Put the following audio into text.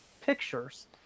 pictures